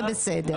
זה בסדר.